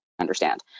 understand